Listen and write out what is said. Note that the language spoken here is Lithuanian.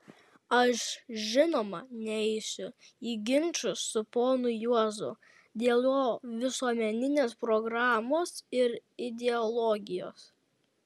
aš žinoma neisiu į ginčus su ponu juozu dėl jo visuomeninės programos ir ideologijos